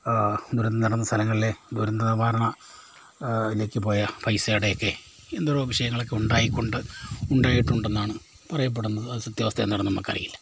ദുരന്തം നടന്ന സ്ഥലങ്ങളിലെ ദുരന്തനിവാരണത്തിലേക്ക് പോയ പൈസയുടെയൊക്കെ എന്തൊരോ വിഷയങ്ങളൊക്കെ ഉണ്ടായിക്കൊണ്ട് ഉണ്ടായിട്ടുണ്ടെന്നാണ് പറയപ്പെടുന്നത് അത് സത്യാവസ്ഥ എന്താണെന്ന് നമുക്കറിയില്ല